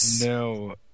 No